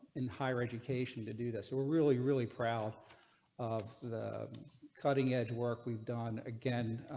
in higher education to do this we were really really proud of the cutting edge work. we've done again.